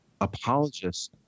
apologists